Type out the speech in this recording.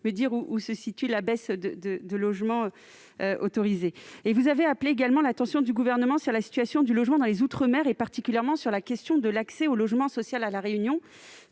et 2019. Où se situe donc la baisse de logements autorisés, selon vous ? Vous avez appelé l'attention du Gouvernement sur la situation du logement dans les outre-mer, particulièrement sur la question de l'accès au logement social à La Réunion.